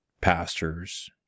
pastors